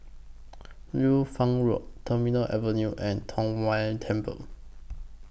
Liu Fang Road Terminal Avenue and Tong Whye Temple